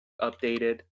updated